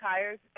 tires